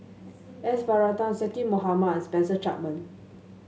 S Varathan Zaqy Mohamad and Spencer Chapman